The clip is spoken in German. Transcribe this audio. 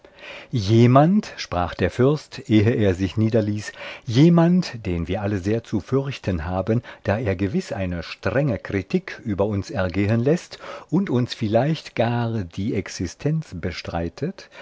jemand sprach der fürst ehe er sich niederließ jemand den wir alle sehr zu fürchten haben da er gewiß eine strenge kritik über uns ergehen läßt und uns vielleicht gar die existenz bestreitet